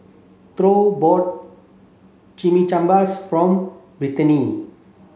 Thyra bought Chimichanbas from Brittani